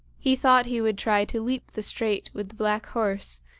he thought he would try to leap the strait with the black horse,